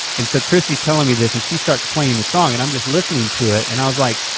and so christy's telling me this and she starts playing the song and i'm just listening to it and i was like,